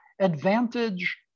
advantage